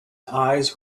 eyes